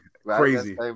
Crazy